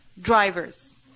drivers